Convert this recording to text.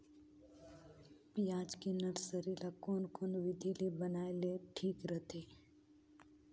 पियाज के नर्सरी ला कोन कोन विधि ले बनाय ले ठीक रथे?